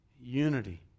unity